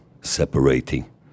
separating